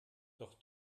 doch